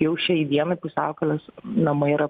jau šiai dienai pusiaukelės namai yra